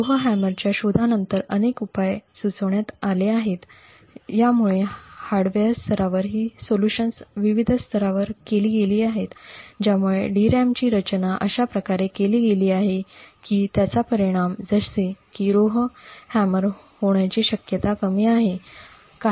रोहहमरच्या शोधानंतर अनेक उपाय सुचविण्यात आले आहेत त्यामुळे हार्डवेअर स्तरावर ही सोल्यूशन्स विविध स्तरावर केली गेली आहेत ज्यामुळे DRAM ची रचना अशा प्रकारे केली गेली आहे की त्याचा परिणाम जसे की रोव्हहॅमर होण्याची शक्यता कमी आहे